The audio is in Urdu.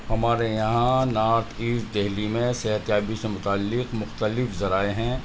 ہمارے یہاں نارتھ ایسٹ دہلی میں صحتیابی سے متعلق مختلف ذرائع ہیں